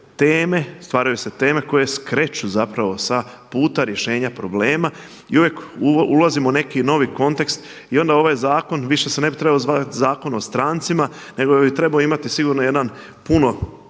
i stvaraju se teme koje skreću sa puta rješenja problema. I uvijek ulazimo u neki novi kontekst i onda ovaj zakon više se ne bi trebao zvati Zakon o strancima nego bi trebao imati sigurno jedan puno